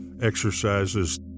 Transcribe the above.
exercises